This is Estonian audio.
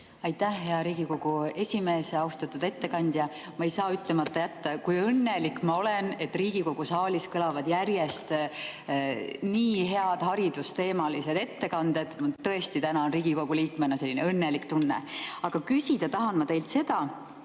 Aitäh, hea Riigikogu esimees! Austatud ettekandja! Ma ei saa ütlemata jätta, kui õnnelik ma olen, et Riigikogu saalis kõlavad järjest nii head haridusteemalised ettekanded. Ma tõesti tänan! Mul on Riigikogu liikmena selline õnnelik tunne. Aga küsida tahan ma teilt seda.